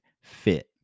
fit